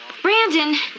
Brandon